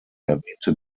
erwähnte